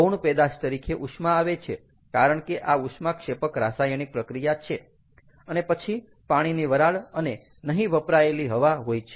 ગૌણ પેદાશ તરીકે ઉષ્મા આવે છે કારણ કે આ ઉષ્માક્ષેપક રાસાયણિક પ્રક્રિયા છે અને પછી પાણીની વરાળ અને નહીં વપરાયેલી હવા હોય છે